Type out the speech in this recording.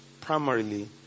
primarily